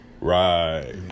Right